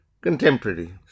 Contemporary